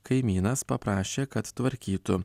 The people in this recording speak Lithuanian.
kaimynas paprašė kad tvarkytų